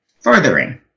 furthering